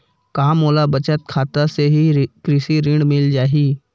का मोला बचत खाता से ही कृषि ऋण मिल जाहि?